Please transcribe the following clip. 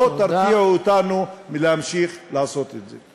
לא תרתיעו אותנו מלהמשיך לעשות את זה.